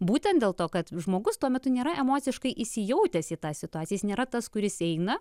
būtent dėl to kad žmogus tuo metu nėra emociškai įsijautęs į tą situaciją jis nėra tas kuris eina